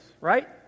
right